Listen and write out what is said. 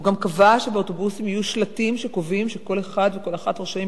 הוא גם קבע שבאוטובוסים יהיו שלטים שקובעים שכל אחד וכל אחת רשאים,